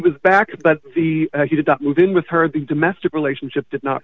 was back but he did not move in with her the domestic relationship did not